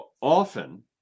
often